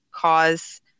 cause